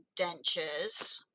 dentures